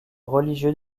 religieux